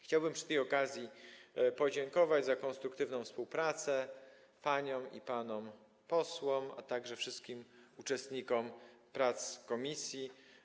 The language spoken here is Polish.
Chciałbym przy okazji podziękować za konstruktywną współpracę paniom i panom posłom, a także wszystkim uczestnikom prac w komisji.